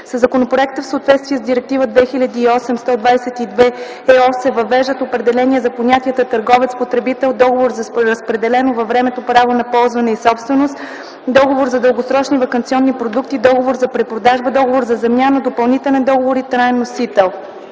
Със законопроекта, в съответствие с Директива 2008/122/ЕО, се въвеждат: - определения за понятията „търговец”, „потребител”, „договор за разпределено във времето право на ползване на собственост”, „договор за дългосрочни ваканционни продукти”, „договор за препродажба”, „договор за замяна”, „допълнителен договор” и „траен носител”;